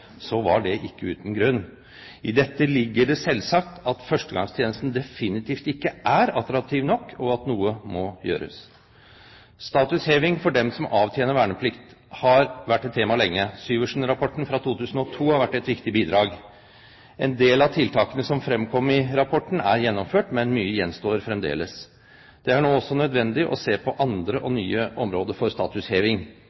var det ikke uten grunn. I dette ligger det selvsagt at førstegangstjenesten definitivt ikke er attraktiv nok, og at noe må gjøres. Statusheving for dem som avtjener verneplikt, har vært et tema lenge. Syversen-rapporten fra 2002 har vært et viktig bidrag. En del av tiltakene som fremkom i rapporten, er gjennomført, men mye gjenstår fremdeles. Det er nå også nødvendig å se på andre og